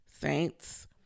saints